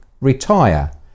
retire